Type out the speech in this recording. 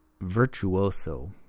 virtuoso